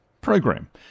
program